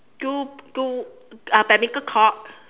two two uh badminton court